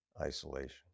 isolation